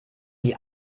die